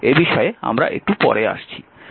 এ বিষয়ে আমরা একটু পরে আসছি